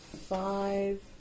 five